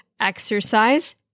exercise